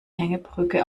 hängebrücke